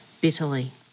bitterly